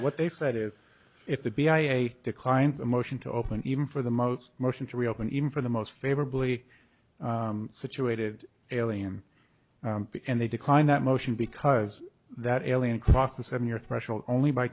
what they said is if the b i declined the motion to open even for the most motion to reopen even for the most favorably situated alium and they declined that motion because that alien crossed the seven your threshold only by